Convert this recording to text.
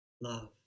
love